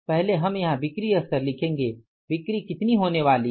पहले हम यहां बिक्री स्तर लिखेंगे बिक्री कितनी होने वाली है